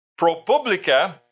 ProPublica